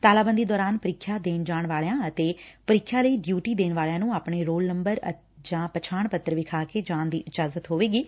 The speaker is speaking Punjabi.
ਤਾਲਾਬੰਦੀ ਦੌਰਾਨ ਪ੍ਰੀਖਿਆ ਦੇਣ ਜਾਣ ਵਾਲਿਆਂ ਅਤੇ ਪ੍ਰੀਖਿਆ ਲਈ ਡਿਊਟੀ ਦੇਣ ਵਾਲਿਆਂ ਨੂੰ ਆਪਣੇ ਰੋਲ ਨੰਬਰ ਜਾ ਪਛਾਣ ਪੱਤਰ ਵਿਖਾ ਕੇ ਜਾਣ ਦੀ ਇਜਾਜ਼ਤ ਹੋਵੇਗੀ